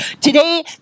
Today